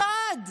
אחד,